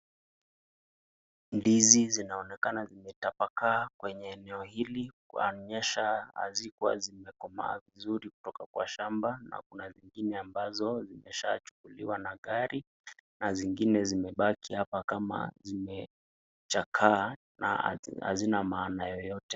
Ndizi zinaonekana zimetapakaa kwenye eneo hili. Kwaonyesha hazikuwa zimekomaa vizuri kutoka kwa shamba na kuna zingine ambazo zimeshachukuliwa na gari na zingine zimebaki hapa kama zimechakaa na hazina maana yoyote.